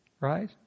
right